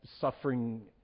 suffering